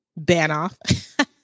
banoff